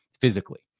physically